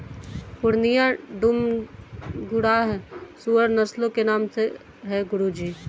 पूर्णिया, डूम, घुर्राह सूअर नस्लों के नाम है गुरु जी